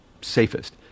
safest